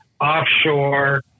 offshore